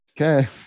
Okay